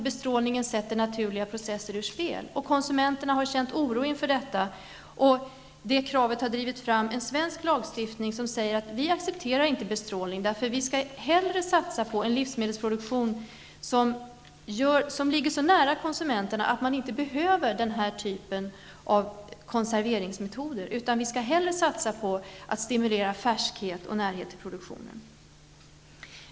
Bestrålningen sätter naturliga processer ur spel, och konsumenterna har känt oro inför detta. Det har därför drivits fram en svensk lagstiftning som inte accepterar bestrålning. Vi skall hellre satsa på en livsmedelsproduktion som ligger så nära konsumenterna att man inte behöver den här typen av konserveringsmetoder. Vi skall satsa på färskhet och närhet till produktionen.